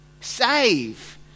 save